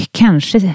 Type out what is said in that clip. kanske